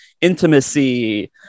intimacy